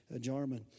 Jarman